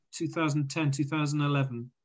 2010-2011